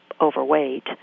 overweight